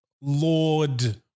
Lord